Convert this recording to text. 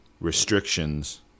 restrictions